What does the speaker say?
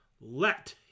let